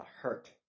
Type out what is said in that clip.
hurt